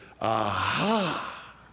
aha